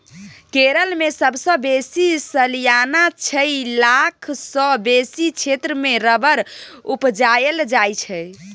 केरल मे सबसँ बेसी सलियाना छअ लाख सँ बेसी क्षेत्र मे रबर उपजाएल जाइ छै